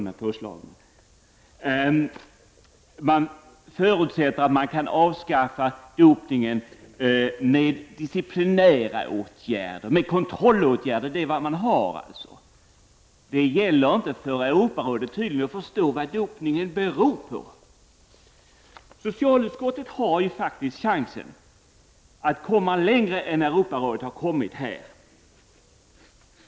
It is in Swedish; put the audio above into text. Man förutsätter att det går att avskaffa dopning med disciplinära åtgärder och kontrollåtgärder. Det är vad som finns. Europarådet förstår tydligen inte vad dopning beror på. Socialutskottet har faktiskt chansen att komma längre än vad Europarådet har kommit här.